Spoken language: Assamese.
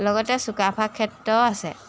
লগতে চুকাফা ক্ষেত্ৰও আছে